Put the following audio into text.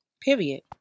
period